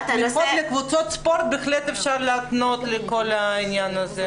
אבל תמיכות לקבוצות ספורט בהחלט אפשר להתנות לכל העניין הזה.